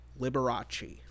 Liberace